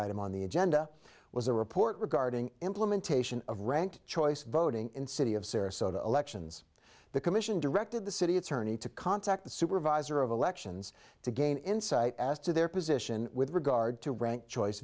item on the agenda was a report regarding implementation of rank choice voting in city of sarasota elections the commission directed the city attorney to contact the supervisor of elections to gain insight as to their position with regard to rank choice